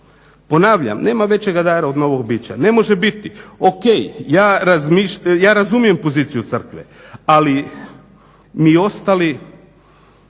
Ponavljam, nema većega dara od novog bića. Ne može biti. Ok, ja razumijem poziciju Crkve, ali mi ostali